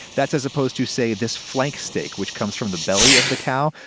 that's as opposed to, say, this flank steak, which comes from the belly of the cow.